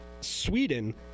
Sweden